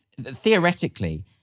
theoretically